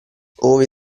ove